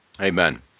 Amen